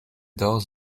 doch